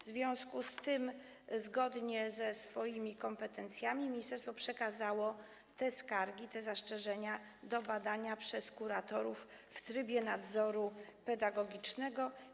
W związku z tym, zgodnie ze swoimi kompetencjami, ministerstwo przekazało te skargi, te zastrzeżenia kuratorom do badania w trybie nadzoru pedagogicznego.